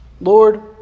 Lord